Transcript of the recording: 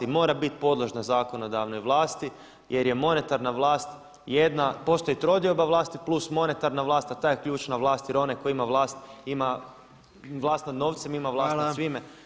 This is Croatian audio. Mora biti podložna zakonodavnoj vlasti jer je monetarna vlast jedna, postoji trodioba vlasti plus monetarna vlast a ta je ključna vlast jer onaj tko ima vlast nad novcem ima vlast nad svime.